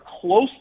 close